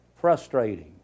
frustrating